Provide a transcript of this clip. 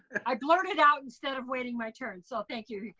i blurted out instead of waiting my turn, so thank you